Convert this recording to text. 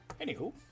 Anywho